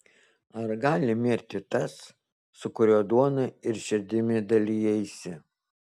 ar gali mirti tas su kuriuo duona ir širdimi dalijaisi